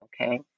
okay